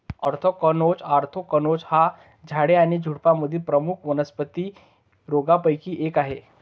anthracnose anthracnose हा झाडे आणि झुडुपांमधील प्रमुख वनस्पती रोगांपैकी एक आहे